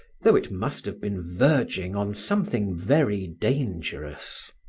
though it must have been verging on something very dangerous.